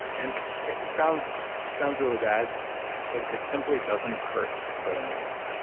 and it sounds sounds really bad but it simply doesn't hurt to put a needle in.